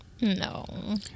No